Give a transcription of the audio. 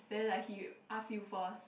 then like he ask you first